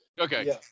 Okay